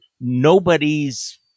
nobody's